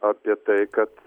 apie tai kad